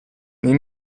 nei